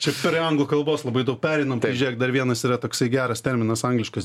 čia prie anglų kalbos labai daug pereinam tai žėk dar vienas yra toksai geras terminas angliškas